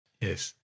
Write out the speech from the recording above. Yes